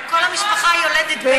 כל המשפחה יולדת ביחד,